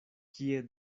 kie